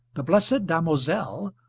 the blessed damozel,